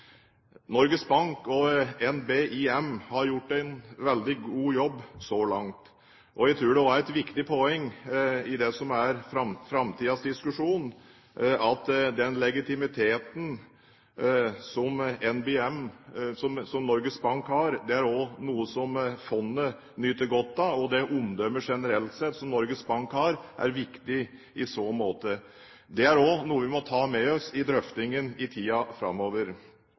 Norges Bank Investment Management har gjort en veldig god jobb så langt. Jeg tror det er et viktig poeng i det som er framtidens diskusjon at den legitimiteten som Norges Bank har, også er noe som fondet nyter godt av, og at det omdømmet som Norges Bank har generelt sett, er viktig i så måte. Det er også noe vi må ta med oss i drøftingen i tiden framover.